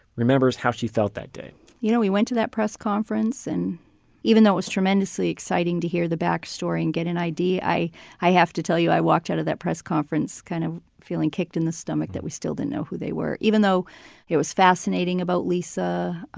remembers how she felt that day you know we went to that press conference and even though it was tremendously exciting to hear the backstory and get an id, i i have to tell you, i walked out of that press conference kind of feeling kicked in the stomach that we still didn't know who they were. it was fascinating about lisa